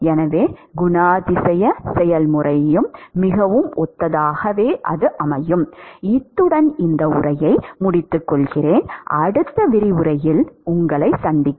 எனவே குணாதிசய செயல்முறையும் மிகவும் ஒத்ததாக இருக்கும்